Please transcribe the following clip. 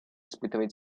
испытывает